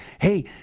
Hey